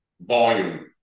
volume